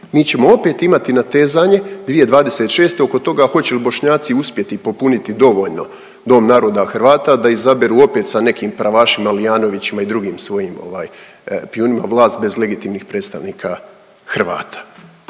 mi ćemo opet imati natezanje 2026. oko toga hoće li Bošnjaci uspjeti popuniti dovoljno Dom naroda Hrvata da izaberu opet sa nekim pravašima Lijanovićima i drugim svojim ovaj pijunima vlast bez legitimnih predstavnika Hrvata.